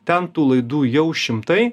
ten tų laidų jau šimtai